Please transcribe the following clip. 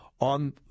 on